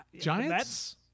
Giants